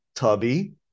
Tubby